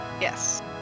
Yes